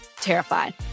terrified